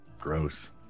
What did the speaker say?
Gross